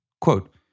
Quote